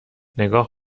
نگاه